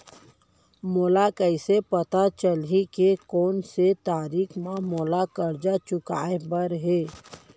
मोला कइसे पता चलही के कोन से तारीक म मोला करजा चुकोय बर हे?